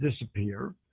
disappear